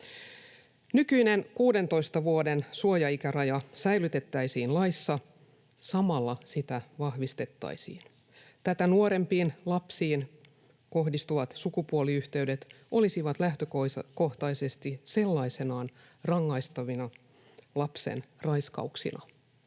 Nykyinen 16 vuoden suojaikäraja säilytettäisiin laissa. Samalla sitä vahvistettaisiin. Tätä nuorempiin lapsiin kohdistuvat sukupuoliyhteydet olisivat lähtökohtaisesti sellaisenaan rangaistavia lapsenraiskauksina.